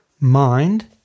Mind